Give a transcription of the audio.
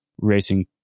racing